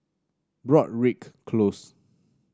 Broadrick Close